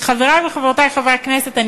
חברי וחברותי חברי הכנסת,